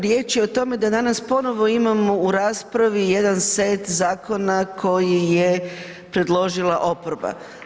Riječ je o tome da danas ponovo imamo u raspravi jedan set zakona koji je predložila oporba.